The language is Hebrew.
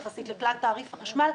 יחסית לכלל תעריף החשמל,